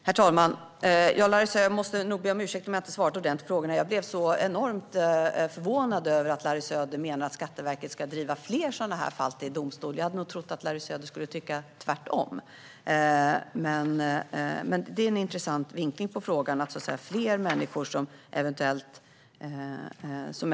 Herr talman! Jag måste nog be om ursäkt, Larry Söder, om jag inte svarade ordentligt på frågorna. Jag blev så enormt förvånad över att Larry Söder menar att Skatteverket ska driva fler sådana här fall till domstol. Jag hade nog trott att Larry Söder skulle tycka tvärtom. Men det är en intressant vinkling på frågan att fler fall av företrädaransvar borde prövas i domstol.